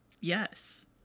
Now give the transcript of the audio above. Yes